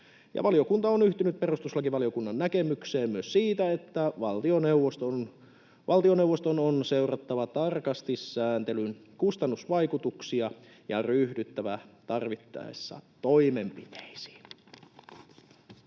Valiokunta on yhtynyt perustuslakivaliokunnan näkemykseen myös siitä, että valtioneuvoston on seurattava tarkasti sääntelyn kustannusvaikutuksia ja ryhdyttävä tarvittaessa toimenpiteisiin.